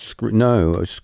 no